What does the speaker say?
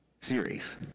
series